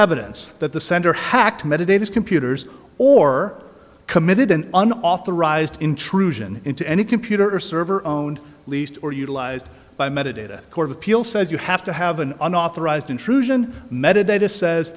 evidence that the sender hacked meditators computers or committed an an authorized intrusion into any computer server own least or utilized by metadata court appeal says you have to have an unauthorized intrusion metadata says